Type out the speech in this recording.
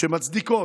שמצדיקות,